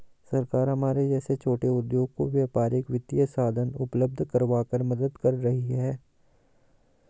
सरकार हमारे जैसे छोटे उद्योगों को व्यापारिक वित्तीय साधन उपल्ब्ध करवाकर मदद कर रही है